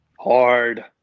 Hard